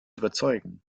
überzeugen